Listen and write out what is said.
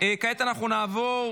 כעת נעבור